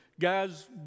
Guys